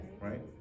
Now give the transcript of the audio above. right